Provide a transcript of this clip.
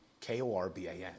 K-O-R-B-A-N